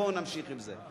בואו נמשיך עם זה.